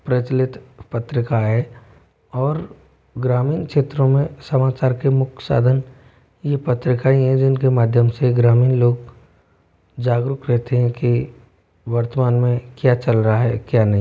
प्रचलित पत्रिका है और ग्रामीण क्षेत्रों में समाचार के मुख्य साधन ये पत्रिका ही हैं जिन के माध्यम से ग्रामीण लोग जारूक रहते हैं कि वर्तमान में क्या चल रहा है क्या नहीं